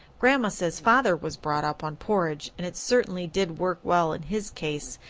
grandma says father was brought up on porridge, and it certainly did work well in his case,